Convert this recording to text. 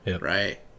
right